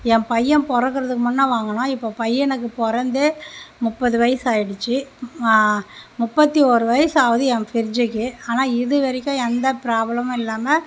ஏன் பையன் பிறக்குறதுக்கு முன்னே வாங்குனோம் இப்போ பையனுக்கு பிறந்து முப்பது வயசு ஆயிடுச்சு முப்பத்து ஓரு வயசு ஆவுது ஏன் ஃப்ரிட்ஜ்ஜுக்கு ஆனால் இதுவரைக்கும் எந்த ப்ராப்ளமும் இல்லாமல்